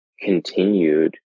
continued